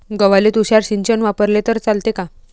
गव्हाले तुषार सिंचन वापरले तर चालते का?